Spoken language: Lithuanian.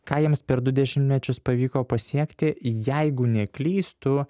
ką jiems per du dešimtmečius pavyko pasiekti jeigu neklystu